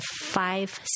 five